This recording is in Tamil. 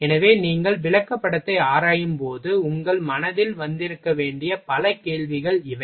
எனவே நீங்கள் விளக்கப்படத்தை ஆராயும்போது உங்கள் மனதில் வந்திருக்க வேண்டிய பல கேள்விகள் இவை